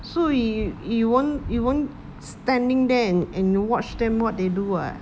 so he he won't he won't standing there and watch them what they do what